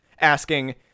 asking